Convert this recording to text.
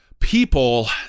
People